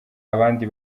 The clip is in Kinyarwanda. abandi